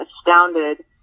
astounded